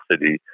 city